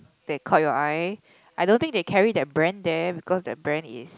that caught your eye I don't think they carry that brand there because that brand is